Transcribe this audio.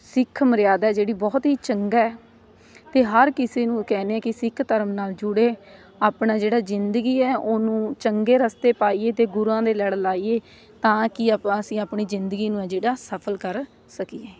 ਸਿੱਖ ਮਰਿਆਦਾ ਜਿਹੜੀ ਬਹੁਤ ਹੀ ਚੰਗਾ ਹੈ ਅਤੇ ਹਰ ਕਿਸੇ ਨੂੰ ਕਹਿੰਦੇ ਕਿ ਸਿੱਖ ਧਰਮ ਨਾਲ਼ ਜੁੜੇ ਆਪਣਾ ਜਿਹੜਾ ਜ਼ਿੰਦਗੀ ਹੈ ਉਹਨੂੰ ਚੰਗੇ ਰਸਤੇ ਪਾਈਏ ਅਤੇ ਗੁਰੂਆਂ ਦੇ ਲੜ ਲਾਈਏ ਤਾਂ ਕਿ ਆਪਾਂ ਅਸੀਂ ਆਪਣੀ ਜ਼ਿੰਦਗੀ ਨੂੰ ਆ ਜਿਹੜਾ ਸਫ਼ਲ ਕਰ ਸਕੀਏ